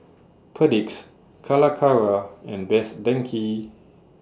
Perdix Calacara and Best Denki